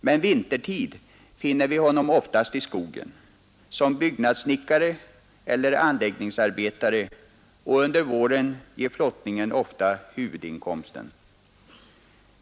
Men vintertid finner vi honom oftast i skogen, som byggnadssnickare eller anläggningsarbetare, och under våren ger flottning ofta huvudinkomsten.